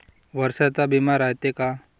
वर्षाचा बिमा रायते का?